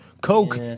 coke